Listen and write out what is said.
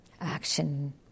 action